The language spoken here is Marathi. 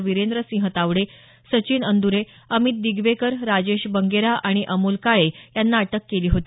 वीरेंद्रसिंह तावडे सचिन अंदुरे अमित दिगवेकर राजेश बंगेरा आणि अमोल काळे यांना अटक केली होती